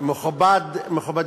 הפגנה זה רק ערבים.